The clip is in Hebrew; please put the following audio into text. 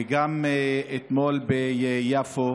וגם אתמול ביפו,